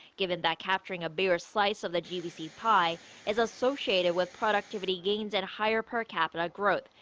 given that capturing a bigger slice of the gvc pie is associated with productivity gains and higher per capita growth,